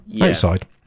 outside